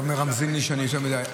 רומזים לי שאני כאן יותר מדי.